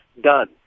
Done